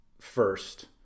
first